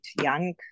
young